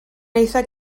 eithaf